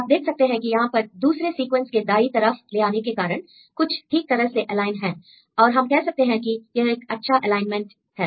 आप देख सकते हैं कि यहां पर दूसरे सीक्वेंस के दाई तरफ ले आने के कारण कुछ ठीक तरह से एलाइन हैं और हम कह सकते हैं कि यह एक अच्छा एलाइनमेंट है